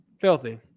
Filthy